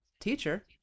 teacher